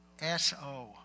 S-O